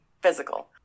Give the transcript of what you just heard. physical